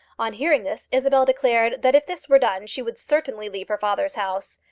on hearing this, isabel declared that if this were done she would certainly leave her father's house.